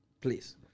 Please